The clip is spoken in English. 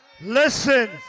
Listen